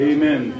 Amen